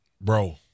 Bro